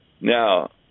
Now